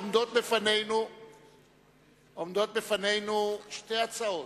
עומדות לפנינו שתי הצעות: